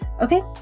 Okay